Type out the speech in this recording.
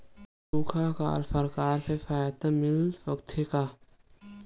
सुखा अकाल सरकार से सहायता मिल सकथे का?